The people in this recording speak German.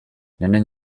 nennen